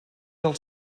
del